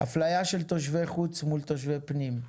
אפליה של תושבי חוץ מול תושבי פנים,